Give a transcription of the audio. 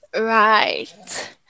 Right